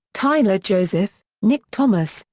tyler joseph, nick thomas,